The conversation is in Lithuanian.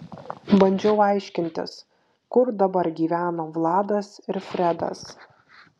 bandžiau aiškintis kur dabar gyveno vladas ir fredas